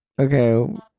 okay